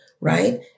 right